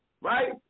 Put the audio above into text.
right